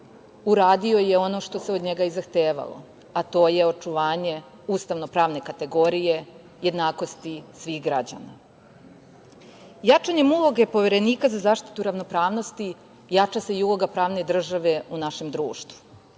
uradio je ono što se od njega i zahtevalo, a to je očuvanje ustavno-pravne kategorije jednakosti svih građana. Jačanjem uloge Poverenika za zaštitu ravnopravnosti jača se i uloga pravne države u našem društvu.